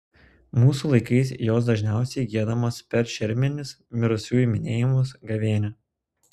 mūsų laikais jos dažniausiai giedamos per šermenis mirusiųjų minėjimus gavėnią